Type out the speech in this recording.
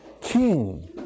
King